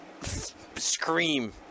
scream